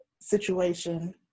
situation